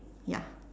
ya